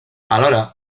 alhora